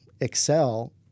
excel